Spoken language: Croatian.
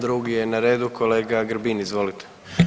Drugi je na redu kolega Grbin, izvolite.